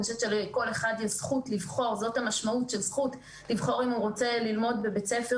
אני חושבת שלכל אחד יש זכות לבחור אם הוא רוצה ללמוד בבית ספר